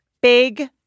Big